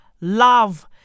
love